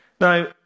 Now